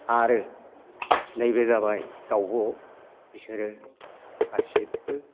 आरो नैबे जाबाय दाउब' बिसोरो गासैबो